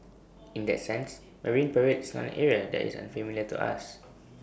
in that sense marine parade is not an area that is unfamiliar to us